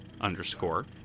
underscore